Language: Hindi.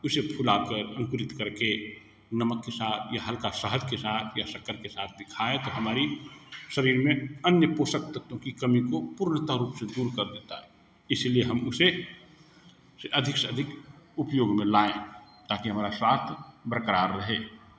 उसे फुलाकर अंकुरित करके नमक के साथ या हल्का शहद के साथ या शक्कर के साथ भी खाएँ तो हमारी शरीर में अन्य पोषक तत्वों की कमी को पूर्णत रूप से दूर कर देता है इसीलिए हम उसे अधिक से अधिक उपयोग में लाएँ ताकि हमारा स्वास्थ्य बरक़रार रहे